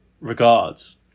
regards